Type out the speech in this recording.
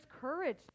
courage